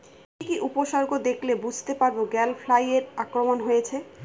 কি কি উপসর্গ দেখলে বুঝতে পারব গ্যাল ফ্লাইয়ের আক্রমণ হয়েছে?